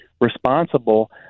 responsible